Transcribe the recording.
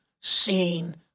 seen